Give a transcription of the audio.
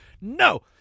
no